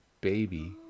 baby